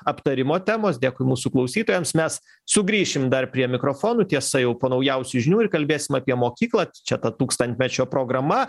aptarimo temos dėkui mūsų klausytojams mes sugrįšim dar prie mikrofonų tiesa jau po naujausių žinių ir kalbėsim apie mokyklą čia ta tūkstantmečio programa